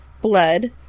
blood